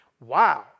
wow